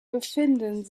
befinden